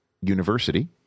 University